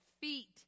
feet